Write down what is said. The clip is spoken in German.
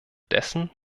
dessen